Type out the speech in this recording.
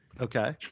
Okay